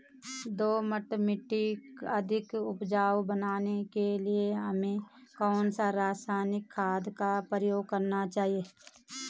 दोमट मिट्टी को अधिक उपजाऊ बनाने के लिए हमें कौन सी रासायनिक खाद का प्रयोग करना चाहिए?